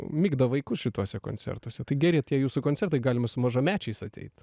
migdo vaikus šituose koncertuose tai geri tie jūsų koncertai galima su mažamečiais ateit